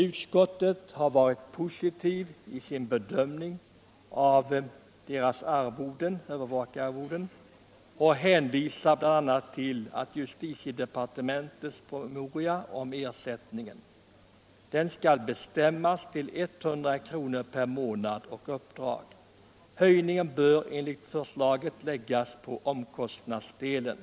Utskottet har varit positivt i sin bedömning av övervakararvodena och hänvisar bl.a. till justitiedepartementets promemoria om ersättningen. Den skall bestämmas till 100 kr. per månad och uppdrag. Höjningen bör enligt förslaget läggas på omkostnadsdelen.